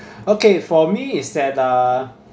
okay for me is that uh